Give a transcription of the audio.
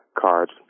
cards